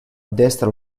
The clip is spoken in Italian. destra